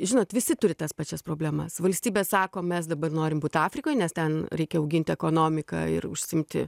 žinot visi turi tas pačias problemas valstybė sako mes dabar norim būti afrikoj nes ten reikia auginti ekonomiką ir užsiimti